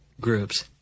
groups